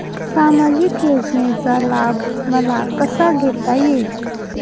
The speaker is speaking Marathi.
सामाजिक योजनेचा लाभ मला कसा घेता येईल?